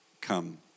come